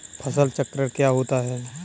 फसल चक्रण क्या होता है?